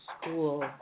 School